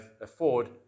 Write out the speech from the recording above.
afford